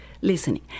listening